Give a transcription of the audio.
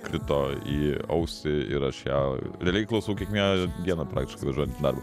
krito į ausį ir aš ją realiai klausau kiekvieną dieną praktiškai važiuojant į darbą